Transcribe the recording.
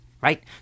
right